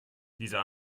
dieser